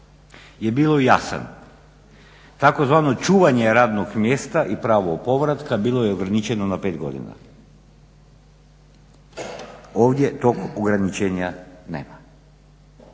je bio jasan. Takozvano čuvanje radnog mjesta i pravo povratka bilo je ograničeno na 5 godina. Ovdje tog ograničenja nema.